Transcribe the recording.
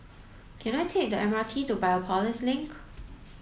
can I take the M R T to Biopolis Link